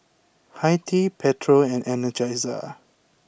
hi Tea Pedro and Energizer